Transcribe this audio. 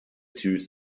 süß